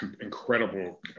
incredible